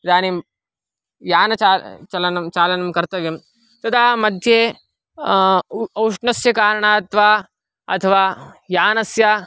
इदानीं यानं चलनं चालनं कर्तव्यं तदा मध्ये औष्णस्य कारणात् वा अथवा यानस्य